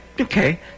okay